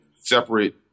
separate